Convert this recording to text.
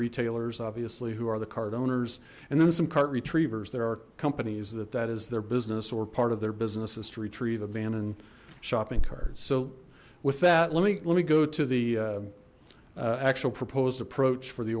retailers obviously who are the card owners and then some cart retrievers there are companies that that is their business or part of their business is to retrieve abandoned shopping cards so with that let me let me go to the actual proposed approach for the